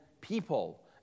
people